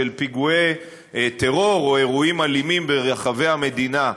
של פיגועי טרור או אירועים אלימים ברחבי המדינה,